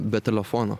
be telefono